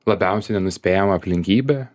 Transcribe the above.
labiausiai nenuspėjamą aplinkybę